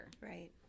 Right